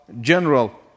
general